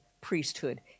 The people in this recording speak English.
priesthood